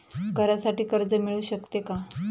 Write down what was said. घरासाठी कर्ज मिळू शकते का?